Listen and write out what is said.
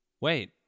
Wait